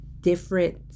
different